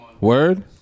Word